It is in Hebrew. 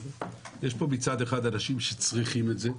יש פה מצד אחד אנשים שצריכים את זה,